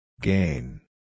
Gain